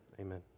amen